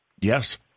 Yes